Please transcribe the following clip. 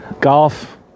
Golf